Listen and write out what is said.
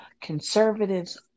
conservatives